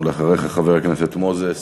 אחריך, חבר הכנסת מוזס